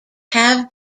have